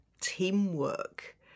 teamwork